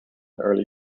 early